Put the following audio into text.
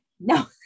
no